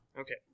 Okay